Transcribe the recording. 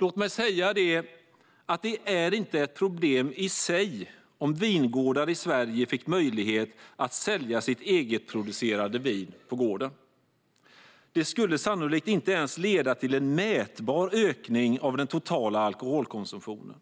Låt mig säga att det inte är ett problem i sig om vingårdar i Sverige får möjlighet att sälja sitt egenproducerade vin på gården. Det skulle sannolikt inte ens leda till en mätbar ökning av den totala alkoholkonsumtionen.